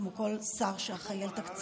כמו כל שר שאחראי לתקציבים,